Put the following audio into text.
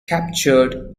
captured